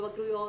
בבגרויות,